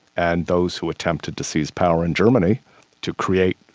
and those who attempted to seize power in germany to create,